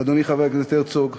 אדוני חבר הכנסת הרצוג,